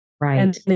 Right